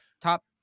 top